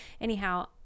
Anyhow